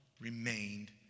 remained